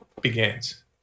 begins